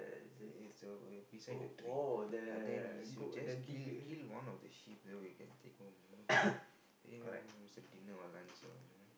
it's a uh beside the tree ah then is you just kill kill one of the sheep then we can take home you know do as a dinner or lunch or